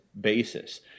basis